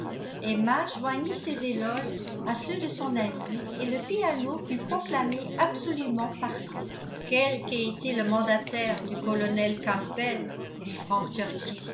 emma joignit ses éloges à ceux de son amie et le piano fut proclamé absolument parfait quel qu'ait été le mandataire du colonel campbell dit frank